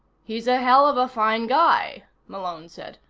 he's a hell of a fine guy, malone said.